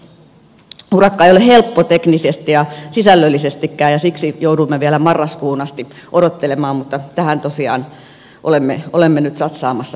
urakka ei ole helppo teknisesti ja sisällöllisestikään ja siksi joudumme vielä marraskuuhun asti odottelemaan mutta tähän tosiaan olemme nyt satsaamassa paljon